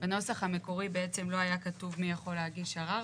בנוסח המקורי בעצם לא היה כתוב מי יכול להגיש ערר,